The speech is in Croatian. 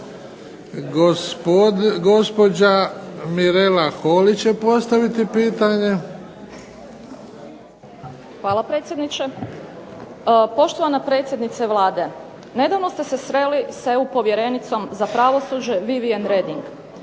Gospođa Mirela Holy će postaviti pitanje. **Holy, Mirela (SDP)** Hvala predsjedniče. Poštovana predsjednice Vlade, nedavno ste se sreli s EU povjerenicom za pravosuđe Vivian Reding.